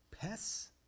Pests